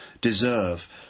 Deserve